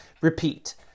Repeat